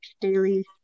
daily